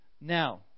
Now